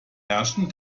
herrschen